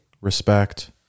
Respect